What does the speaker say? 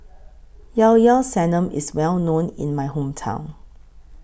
Llao Llao Sanum IS Well known in My Hometown